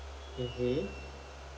mmhmm